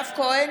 כהן,